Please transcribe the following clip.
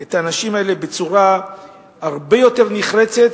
את האנשים האלה בצורה הרבה יותר נחרצת.